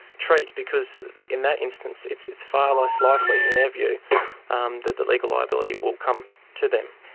treat, because in that instance it's it's far less likely in their view um that the legal liability will come to them.